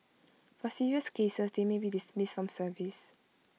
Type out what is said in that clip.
for serious cases they may be dismissed from service